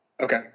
Okay